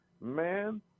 Man